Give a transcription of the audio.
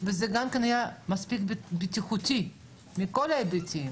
וזה גם כן יהיה מספיק בטיחותי מכל ההיבטים.